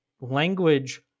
language